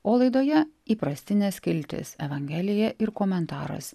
o laidoje įprastinė skiltis evangelija ir komentaras